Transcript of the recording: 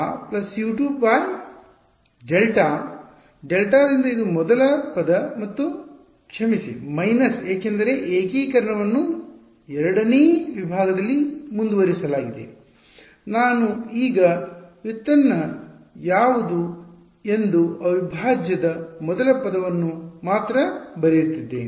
− U 1Δ U 2 Δ ಡೆಲ್ಟಾದಿಂದ ಇದು ಮೊದಲ ಪದ ಮತ್ತು ಕ್ಷಮಿಸಿ ಮೈನಸ್ ಏಕೆಂದರೆ ಏಕೀಕರಣವನ್ನು ಎರಡನೇ ವಿಭಾಗದಲ್ಲಿ ಮುಂದುವರಿಸಲಾಗಿದೆ ನಾನು ಈಗ ವ್ಯುತ್ಪನ್ನ ಯಾವುದು ಎಂದು ಅವಿಭಾಜ್ಯದ ಮೊದಲ ಪದವನ್ನು ಮಾತ್ರ ಬರೆಯುತ್ತಿದ್ದೇನೆ